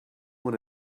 want